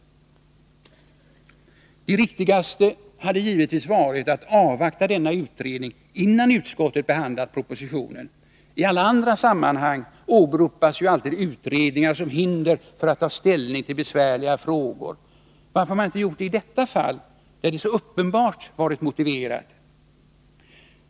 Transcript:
Det riktigaste hade givetvis varit att avvakta denna utredning innan utskottet behandlat propositionen. I alla andra sammanhang åberopas ju alltid utredningar som hinder för att ta ställning till besvärliga frågor. Varför har man inte gjort det i detta fall, där det så uppenbart varit motiverat?